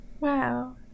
wow